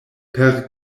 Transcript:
per